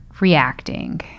reacting